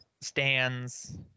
stands